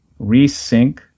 resync